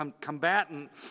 combatant